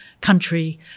country